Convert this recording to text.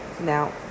now